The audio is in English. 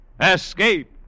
Escape